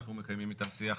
אנחנו מקיימים איתם שיח